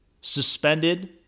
suspended